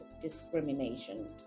discrimination